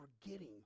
forgetting